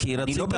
כי הפסדנו פה,